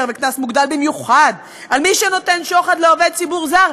וקצת מוגדל במיוחד על מי שנותן שוחד לעובד ציבור זר.